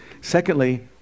secondly